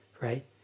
right